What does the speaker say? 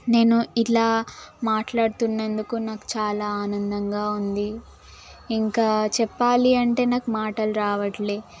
నేను ఇలా మాట్లాడుతున్నందుకు నాకు చాలా ఆనందంగా ఉంది ఇంకా చెప్పాలి అంటే నాకు మాటలు రావట్లేదు